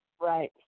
Right